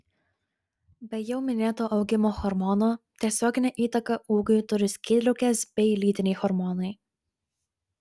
be jau minėto augimo hormono tiesioginę įtaką ūgiui turi skydliaukės bei lytiniai hormonai